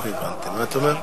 מה הסכום?